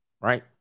right